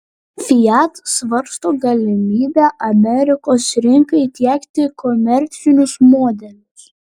fiat svarsto galimybę amerikos rinkai tiekti komercinius modelius